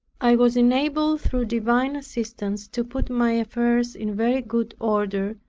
i was enabled through divine assistance, to put my affairs in very good order,